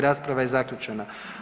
Rasprava je zaključena.